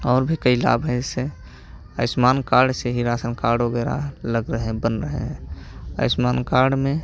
और भी कई लाभ हैं इससे आयुष्मान कार्ड से ही राशन कार्ड वगैरह लग रहे हैं बन रहे हैं आयुष्मान कार्ड में